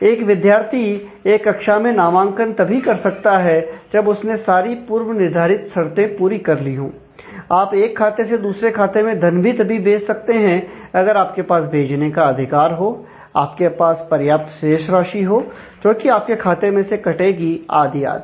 एक विद्यार्थी एक कक्षा में नामांकन तभी कर सकता है जब उसने सारी पूर्व निर्धारित शर्तें पूरी कर ली हो आप एक खाते से दूसरे खाते में धन भी तभी भेज सकते हैं अगर आपके पास भेजने का अधिकार हो आपके पास पर्याप्त शेष राशि हो जो कि आपके खाते में से कटेगी आदि आदि